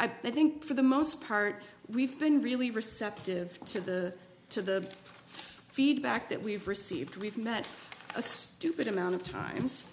i think for the most part we've been really receptive to the to the feedback that we've received we've met a stupid amount of times